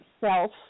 self